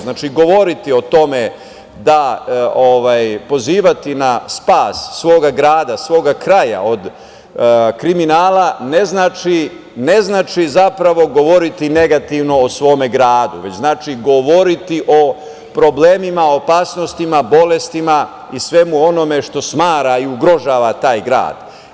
Znači, govoriti o tome, pozivati na spas svog grada, svog kraja od kriminala ne znači govoriti negativno o svom gradu, znači govoriti o problemima, opasnostima, bolestima i svemu onome što smara i ugrožava taj grad.